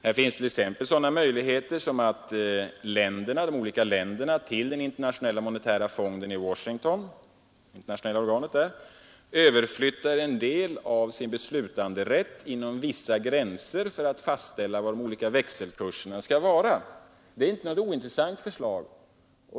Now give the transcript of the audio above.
Här finns t.ex. sådana möjligheter som att de olika länderna till den internationella monetära fonden i Washington överflyttar en del av sin beslutanderätt när det gäller Nr 48 fastställandet av de olika växelkurserna. Detta är av två anledningar inte Onsdagen den något ointressant förslag.